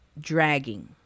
dragging